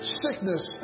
sickness